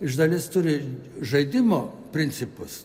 iš dalies turi žaidimo principus